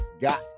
got